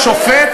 שופט,